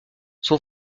son